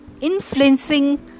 influencing